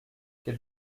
quel